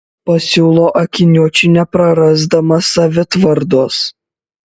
pasiūlo akiniuočiui neprarasdama savitvardos